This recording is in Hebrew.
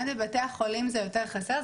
בבתי החולים זה יותר חסר.